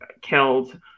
killed